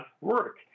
work